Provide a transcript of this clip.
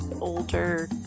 Older